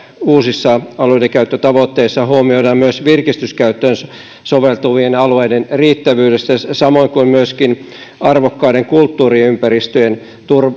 uusissa alueidenkäyttötavoitteissa huomioidaan myös virkistyskäyttöön soveltuvien alueiden riittävyys samoin kuin se että myöskin arvokkaiden kulttuuriympäristöjen